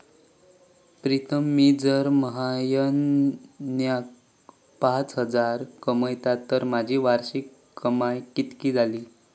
प्रीतम मी जर म्हयन्याक पाच हजार कमयतय तर माझी वार्षिक कमाय कितकी जाली?